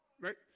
right